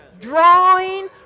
drawing